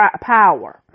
power